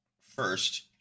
first